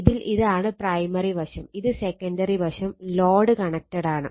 ഇതിൽ ഇതാണ് പ്രൈമറി വശം ഇത് സെക്കണ്ടറി വശം ലോഡ് കണക്റ്റഡാണ്